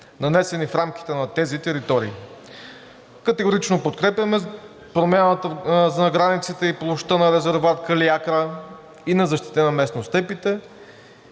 нанесени в рамките на тези територии. Категорично подкрепяме промяната на границите и площта на резерват „Калиакра“ и на защитена местност Степите,